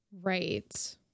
right